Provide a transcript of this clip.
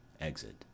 Exit